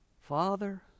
Father